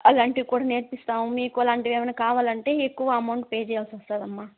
అలాంటివి కూడా నేర్పిస్తాము మీకు అలాంటివి ఏమైనా కావాలంటే ఎక్కువ అమౌంట్ పే చేయాల్సి వస్తుందమ్మా